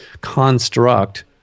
construct